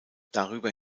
darüber